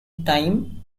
time